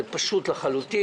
זה פשוט לחלוטין.